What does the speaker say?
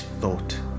thought